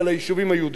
והם כדלהלן: